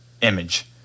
image